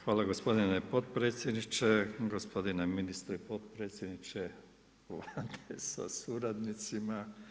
Hvala gospodine potpredsjedniče, gospodine ministre, potpredsjedniče Vlade sa suradnicima.